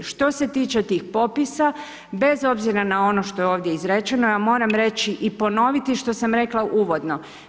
Što se tiče tih popisa, bez obzira na ono što je ovdje izrečeno, ja moram reći i ponoviti što sam rekla uvodno.